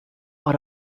are